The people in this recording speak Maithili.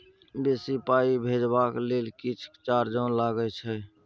बेसी पाई भेजबाक लेल किछ चार्जो लागे छै?